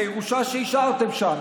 את הירושה שהשארתם שם,